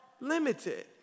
limited